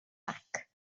back